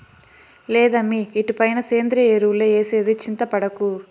లేదమ్మీ ఇటుపైన సేంద్రియ ఎరువులే ఏసేది చింతపడకు